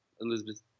Elizabeth